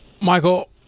Michael